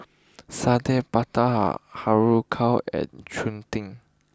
Satay Babat Har Har Kow and Cheng Tng